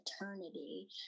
eternity